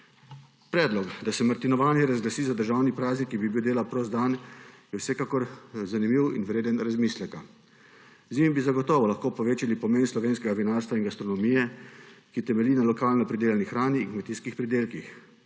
Predlog, da se martinovanje razglasi za državni praznik, ki bi bil dela prost dan, je vsekakor zanimiv in vreden razmisleka. Z njim bi zagotovo lahko povečali pomen slovenskega vinarstva in gastronomije, ki temelji na lokalno pridelani hrani in kmetijskih pridelkih.